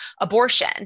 abortion